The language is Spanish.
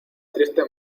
triste